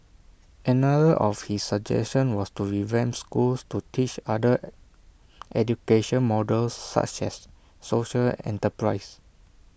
another of his suggestion was to revamp schools to teach other education models such as social enterprise